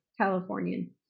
Californian